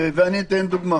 ואני אביא דוגמה